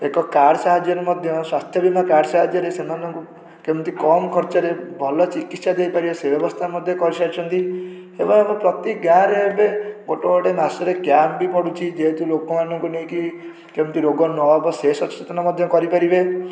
ଏକ କାର୍ଡ଼ ସାହାଯ୍ୟରେ ମଧ୍ୟ ସ୍ୱାସ୍ଥ୍ୟ ବୀମା କାର୍ଡ଼ ସାହାଯ୍ୟରେ ସେମାନଙ୍କୁ କେମିତି କମ୍ ଖର୍ଚ୍ଚରେ ଭଲ ଚିକିତ୍ସା ଦେଇପାରିବା ସେ ବ୍ୟବସ୍ଥା ମଧ୍ୟ କରିସାରିଛନ୍ତି ଏବେ ଆମ ପ୍ରତି ଗାଁରେ ଏବେ ଗୋଟେ ଗୋଟେ ମାସରେ କ୍ୟାମ୍ପ ବି ପଡ଼ୁଛି ଯେହେତୁ ଲୋକମାନଙ୍କୁ ନେଇକି କେମିତି ରୋଗ ନହେବ ସେ ସଚେତନ ମଧ୍ୟ କରିପାରିବେ